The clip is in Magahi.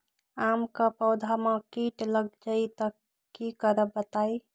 आम क पौधा म कीट लग जई त की करब बताई?